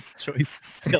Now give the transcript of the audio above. choice